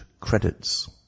credits